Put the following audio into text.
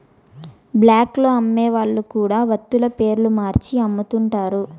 black లో అమ్మే వాళ్ళు కూడా వత్తుల పేర్లు మార్చి అమ్ముతుంటారు